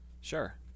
sure